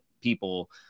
people